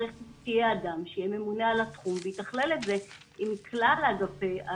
צריך שיהיה אדם שיהיה ממונה על התחום ויתכלל את זה עם כלל האגפים,